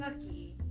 Lucky